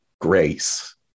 grace